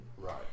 Right